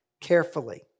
carefully